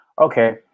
Okay